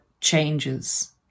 changes